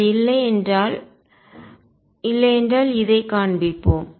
அது இல்லையென்றால் இல்லையென்றால் இதைக் காண்பிப்போம்